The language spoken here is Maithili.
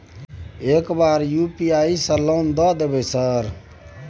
एक बार यु.पी.आई से लोन द देवे सर?